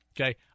Okay